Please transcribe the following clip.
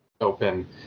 open